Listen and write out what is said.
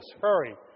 hurry